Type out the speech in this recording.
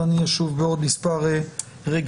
ואני אשוב בעוד מספר רגעים.